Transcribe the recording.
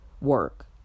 work